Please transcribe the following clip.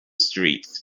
street